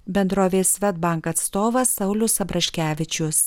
bendrovės svedbank atstovas saulius abraškevičius